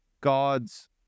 God's